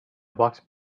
walked